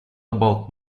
about